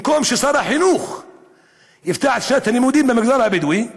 במקום ששר החינוך יפתח את שנת הלימודים במגזר הבדואי,